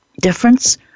Difference